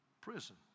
prison